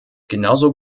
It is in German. genauso